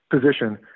position